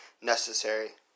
necessary